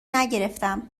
نگرفتم